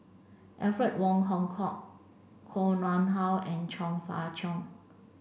Alfred Wong Hong Kwok Koh Nguang How and Chong Fah Cheong